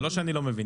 זה לא שאני לא מבין.